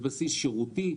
על בסיס שירותי,